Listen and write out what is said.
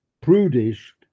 prudish